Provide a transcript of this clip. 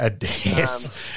Yes